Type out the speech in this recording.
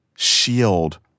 shield